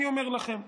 אני אומר לכם,